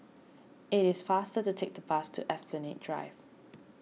it is faster to take the bus to Esplanade Drive